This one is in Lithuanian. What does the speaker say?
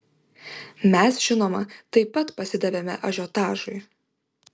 mes žinoma taip pat pasidavėme ažiotažui